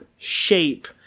shape